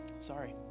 Sorry